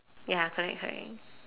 ya correct correct